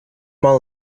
all